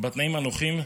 בתנאים נוחים,